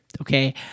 Okay